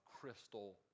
crystal